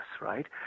right